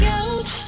out